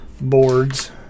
boards